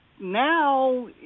now